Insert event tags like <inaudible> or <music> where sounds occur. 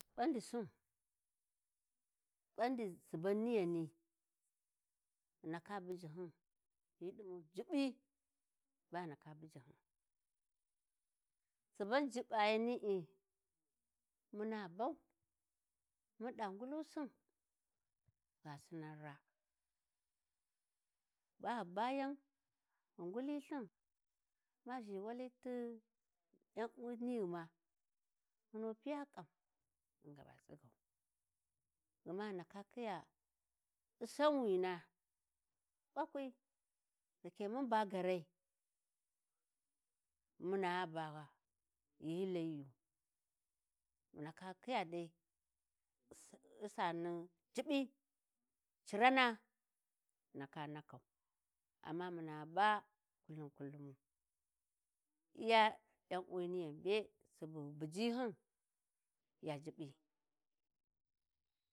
﻿Ɓandi sin ɓandi suban niyyani ghi ndaka buji hyun hyi ɗimu juɓɓi ba ghi ndaka buji hyun suban juɓɓayani'i muna bau, mun ɗa ngulusin, gha sinnan raa, <noise> ba ghu bayan, ghi ngulisin, ma ʒhi wali yan'uwi nighuma munu piya ƙan mun ga ba tsigau. Gma ghi ndaka Khiyya, ussanwina ɓakwi da ke mun ba gaarai, muna ba ghi hyi Layiyu, <noise> ghu ndaka khiyya dai ussan juɓɓi, <noise> cimana ghu ndaka ndakau, <noise> amma muna ba kullum-kullumu, <noise> iya yan'uwi niyanbe subu ghi buji hyum ya juɓɓi. <noise>